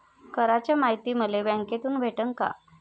कराच मायती मले बँकेतून भेटन का?